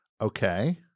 Okay